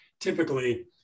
typically